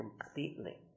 completely